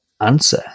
answer